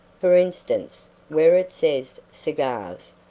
for instance, where it says cigars,